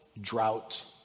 drought